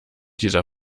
dieser